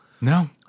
No